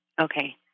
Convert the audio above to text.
Okay